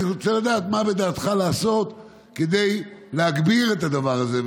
אני רוצה לדעת מה בדעתך לעשות כדי להגביר את הדבר הזה.